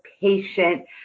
patient